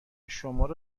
شمارو